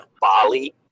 Bali